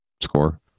score